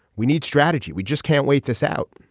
we need strategy. we just can't wait this out.